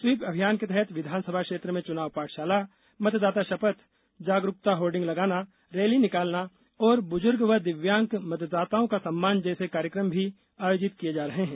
SVEEP अभियान के तहत विधानसभा क्षेत्र में चुनाव पाठशाला मतदाता शपथ जागरुकता होर्डिंग लगाना रैली निकालना और बुजूर्ग व दिव्यांग मतदाताओं का सम्मान जैसे कार्यक्रम भी आयोजित किए जा रहे हैं